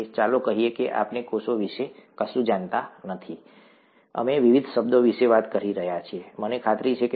ચાલો કહીએ કે આપણે કોષો વિશે કશું જાણતા નથી અમે વિવિધ શબ્દો વિશે વાત કરી રહ્યા છીએ મને ખાતરી છે કે ડૉ